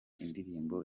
indirimbo